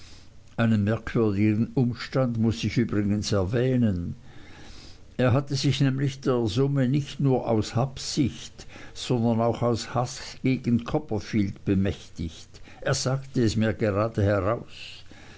einen merkwürdigen umstand muß ich übrigens noch erwähnen er hatte sich nämlich der summe nicht nur aus habsucht sondern auch aus haß gegen copperfield bemächtigt er sagte es mir geradeheraus